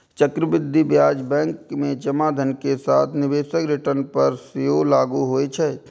चक्रवृद्धि ब्याज बैंक मे जमा धन के साथ निवेशक रिटर्न पर सेहो लागू होइ छै